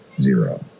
zero